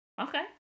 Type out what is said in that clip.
Okay